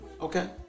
Okay